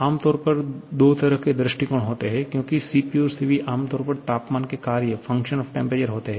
आमतौर पर दो तरह के दृष्टिकोण होते हैं क्योंकि Cp और Cv आम तौर पर तापमान के कार्य होते हैं